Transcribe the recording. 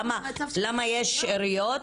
למה יש שאריות.